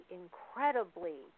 incredibly